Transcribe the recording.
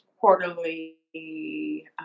quarterly